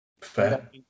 Fair